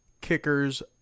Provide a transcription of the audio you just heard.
kickers